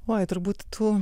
oi turbūt tų